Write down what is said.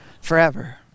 forever